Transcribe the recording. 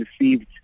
received